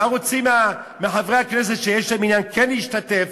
מה רוצים מחברי הכנסת שיש להם עניין כן להשתתף